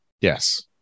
yes